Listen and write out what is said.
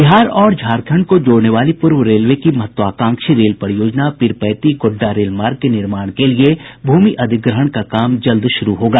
बिहार और झारखंड को जोड़ने वाली पूर्व रेलवे की महत्वाकांक्षी रेल परियोजना पीरपैंती गोड्डा रेल मार्ग के निर्माण के लिये भूमि अधिग्रहण का काम जल्द शुरू होगा